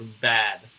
bad